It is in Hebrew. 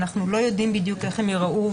אנחנו לא יודעים בדיוק איך הם ייראו,